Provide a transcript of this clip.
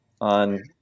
on